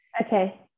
Okay